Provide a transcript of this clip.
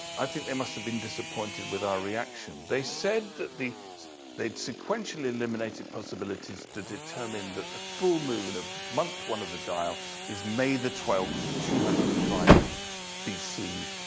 i think they must have been disappointed with our reaction. they said that they'd sequentially eliminated possibilities to determine that the full moon of month one of the dial is may the twelfth, two hundred and five bc.